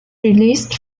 released